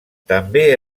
també